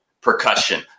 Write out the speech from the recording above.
percussion